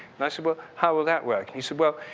and i said, well, how would that work? he said, well,